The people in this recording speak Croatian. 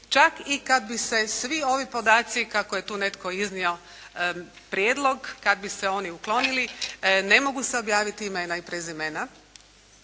čak i kad bi se svi ovi podaci kako je tu netko iznio prijedlog, kad bi se oni uklonili, ne mogu se objaviti imena i prezimena